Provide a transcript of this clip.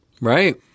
right